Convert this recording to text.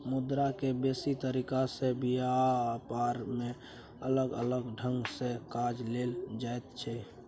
मुद्रा के बेसी तरीका से ब्यापार में अलग अलग ढंग से काज लेल जाइत छै